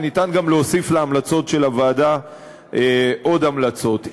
ואפשר גם להוסיף להמלצות של הוועדה עוד המלצות.